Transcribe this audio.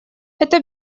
это